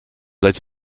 seid